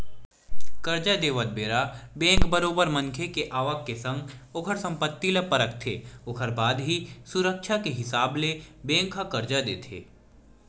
करजा देवत बेरा बेंक बरोबर मनखे के आवक के संग ओखर संपत्ति ल परखथे ओखर बाद ही सुरक्छा के हिसाब ले ही बेंक ह करजा देथे